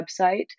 website